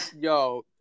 yo